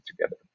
together